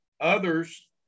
Others